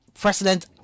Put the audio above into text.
president